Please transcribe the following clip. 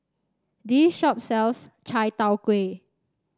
this shop sells Chai Tow Kway